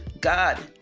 God